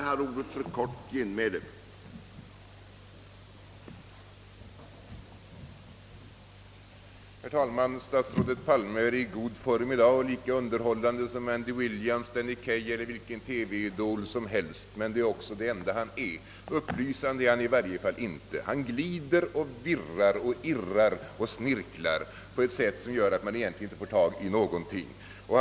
Herr talman! Statsrådet Palme är i god form i dag och lika underhållande som Andy Williams, Danny Kaye eller vilken TV-idol som helst, men det är också det enda han är. Upplysande är han i varje fall inte. Han glider, virrar, irrar och snirklar på ett sätt som gör att man egentligen inte får något grepp om vad han säger.